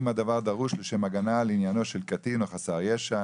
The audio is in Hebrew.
הדבר דרוש לשם הגנה על עניינו של קטין או חסר ישע,